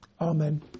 Amen